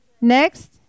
Next